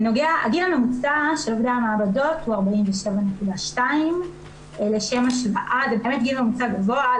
הגיל הממוצע של עובדי המעבדות הוא 47.2. זה באמת גיל ממוצע גבוה.